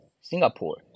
Singapore